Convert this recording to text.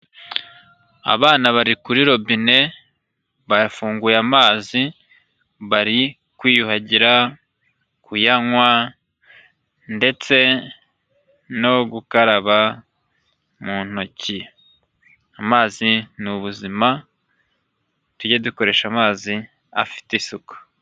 Abana bari kuri robine, bafunguye amazi bari kwiyuhagira, kuyanywa, ndetse no gukaraba mu ntoki, amazi ni ubuzima tujye dukoresha amazi afite isuku.